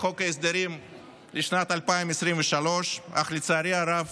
חוק ההסדרים לשנת 2023 אך לצערי הרב